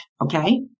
okay